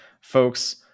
Folks